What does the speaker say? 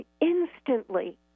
instantly